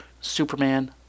Superman